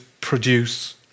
produce